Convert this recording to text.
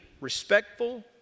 respectful